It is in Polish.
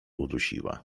udusiła